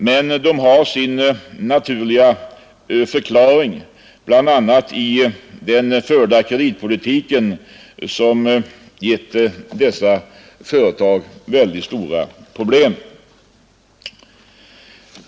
Deras handlingssätt har sin naturliga förklaring, bl.a. i den förda kreditpolitiken som gett dessa företag mycket stora problem.